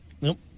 Nope